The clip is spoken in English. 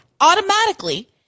automatically